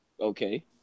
Okay